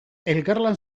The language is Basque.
elkarlan